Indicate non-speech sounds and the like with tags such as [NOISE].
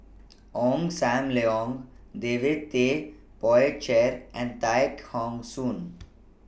[NOISE] Ong SAM Leong David Tay Poey Cher and Tay Khong Soon